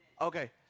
Okay